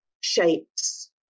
shapes